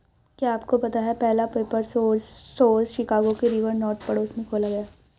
क्या आपको पता है पहला पेपर सोर्स स्टोर शिकागो के रिवर नॉर्थ पड़ोस में खोला गया?